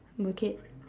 bukit